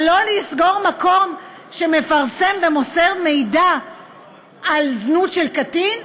אבל לא לסגור מקום שמפרסם ומוסר מידע על זנות של קטין?